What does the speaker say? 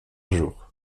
jour